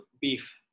beef